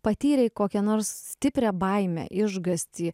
patyrei kokią nors stiprią baimę išgąstį